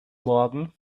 morgen